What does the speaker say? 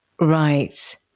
Right